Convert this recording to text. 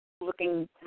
looking